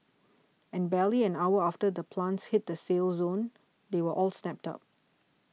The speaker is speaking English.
and barely an hour after the plants hit the sale zone they were all snapped up